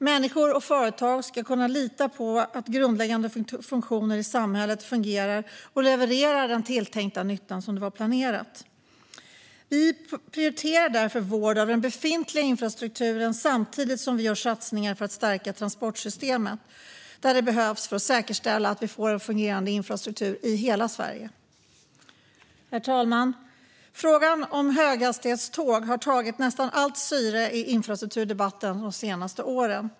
Människor och företag ska kunna lita på att grundläggande funktioner i samhället fungerar och levererar den tilltänkta nyttan som planerat. Vi prioriterar därför vård av den befintliga infrastrukturen samtidigt som vi gör satsningar på att stärka transportsystemet där det behövs för att säkerställa att vi får en fungerande infrastruktur i hela Sverige. Herr talman! Frågan om höghastighetståg har tagit nästan allt syre i infrastrukturdebatten de senaste åren.